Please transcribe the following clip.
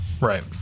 Right